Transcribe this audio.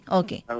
okay